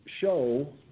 show